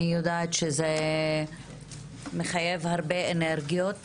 אני יודעת שזה מחייב הרבה אנרגיות